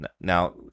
now